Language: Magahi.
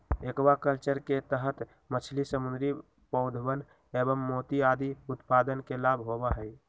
एक्वाकल्चर के तहद मछली, समुद्री पौधवन एवं मोती आदि उत्पादन के लाभ होबा हई